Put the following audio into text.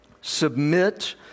submit